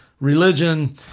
religion